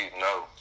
no